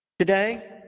today